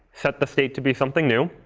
set the state to be something new.